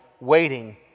waiting